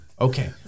Okay